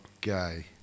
gay